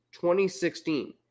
2016